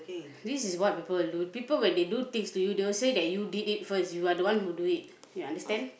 this is what people will do people when they do things to you they will say that you did it first you are the one who did it you understand